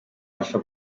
alpha